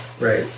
Right